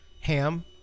Ham